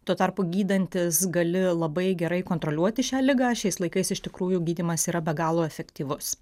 tuo tarpu gydantis gali labai gerai kontroliuoti šią ligą šiais laikais iš tikrųjų gydymas yra be galo efektyvus